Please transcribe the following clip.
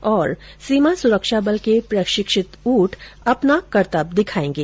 और सीमा सुरक्षा बल के प्रशिक्षित ऊंट अपना करतब दिखाएंगे